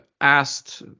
asked